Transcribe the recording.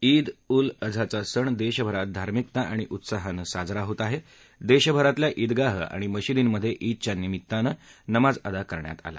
ईद उल अझाचा सण दर्भिरात धार्मिकता आणि उत्साहानं सादरा होत आहा दर्भिरातल्या ईदगाह आणि मशिदींमधईदच्या निमित्तानं नमाज अदा करण्यात आला